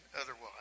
otherwise